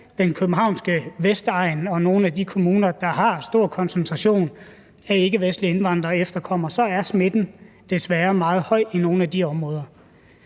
den københavnske vestegn og nogle af de kommuner, der har stor koncentration af ikkevestlige indvandrere og efterkommere, så er smitten desværre meget høj i nogle af de områder.